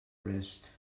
wrist